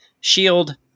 shield